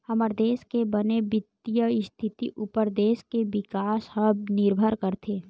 हमर देस के बने बित्तीय इस्थिति उप्पर देस के बिकास ह निरभर करथे